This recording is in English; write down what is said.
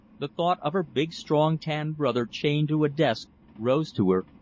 the thought of her big, strong, tanned brother chained to a desk rose to her,